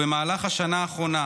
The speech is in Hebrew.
במהלך השנה האחרונה,